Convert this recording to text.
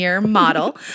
model